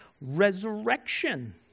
resurrection